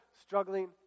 struggling